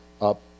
up